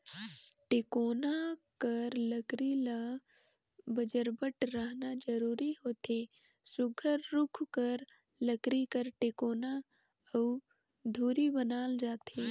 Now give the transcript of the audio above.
टेकोना कर लकरी ल बजरबट रहना जरूरी होथे सुग्घर रूख कर लकरी कर टेकोना अउ धूरी बनाल जाथे